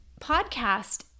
podcast